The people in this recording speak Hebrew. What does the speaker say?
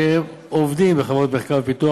שהם עובדים בחברות מחקר ופיתוח,